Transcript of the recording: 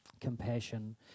Compassion